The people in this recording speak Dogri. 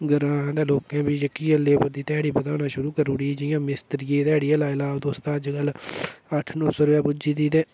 होर लोकें बी जेह्की ऐ लेबर दी ध्याड़ी बधाना शुरू करू ड़ी जि'यां मिस्तरियै दी ध्याड़ी गै लाई लैओ तुस तां अजकल अट्ठ नौ सौ रपेआ पुज्जी दी ते